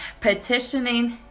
petitioning